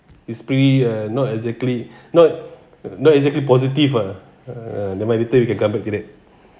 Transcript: his pre~ uh not exactly not not exactly positive ah uh never mind later we can come back to that